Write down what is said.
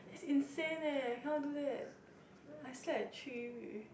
is insane eh I cannot do that I slept at three